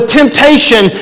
temptation